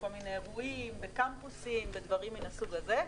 בכל מיני אירועים, בקמפוסים ובדברים מן הסוג הזה.